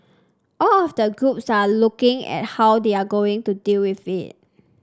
all of the groups are looking at how they are going to deal with it